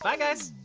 yeah guys!